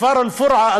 הכפר אל-פורעה,